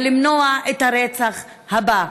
ולמנוע את הרצח הבא.